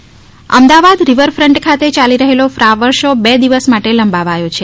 flower show Ahmedabad riverfront ખાતે યાલી રહેલો ફ્લાવર શો બે દિવસ માટે લંબાવાયો છે